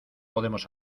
podemos